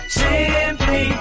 simply